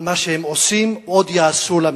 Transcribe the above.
על מה שהם עושים ועוד יעשו למדינה.